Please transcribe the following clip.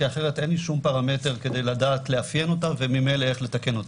כי אחרת אין לי שום פרמטר כדי לדעת לאפיין אותה וממילא לתקן אותה.